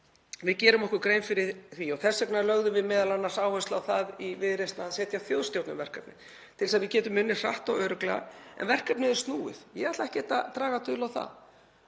Við gerum okkur grein fyrir því og þess vegna lögðum við m.a. áherslu á það í Viðreisn að setja þjóðstjórn um verkefnið til þess að við getum unnið það hratt og örugglega. En verkefnið er snúið. Ég ætla ekkert að draga dul á það.